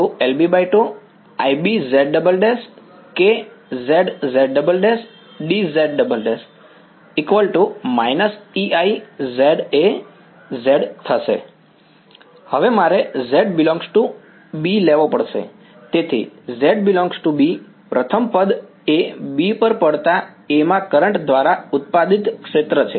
તેથી z ∈ B પ્રથમ પદ એ B પર પડતા A માં કરંટ દ્વારા ઉત્પાદિત ક્ષેત્ર છે